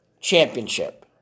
Championship